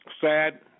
sad